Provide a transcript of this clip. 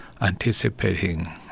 anticipating